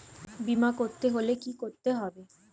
বিমা করতে হলে কি করতে হবে?